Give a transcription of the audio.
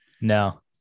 No